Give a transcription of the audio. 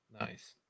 Nice